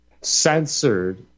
censored